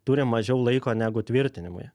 turi mažiau laiko negu tvirtinimui